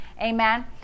Amen